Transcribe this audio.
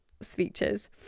speeches